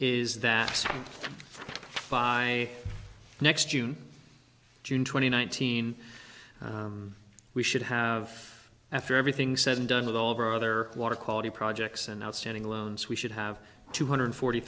is that by next june june twenty one thousand we should have after everything said and done with all of our other water quality projects and outstanding loans we should have two hundred forty